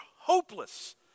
hopeless